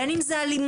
בין אם זה אלימות,